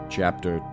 Chapter